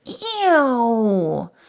ew